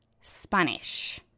Spanish